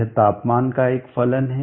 यह तापमान का एक फलन है